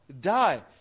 die